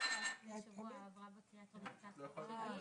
נועה שלו מנהלת תכנית גישורים,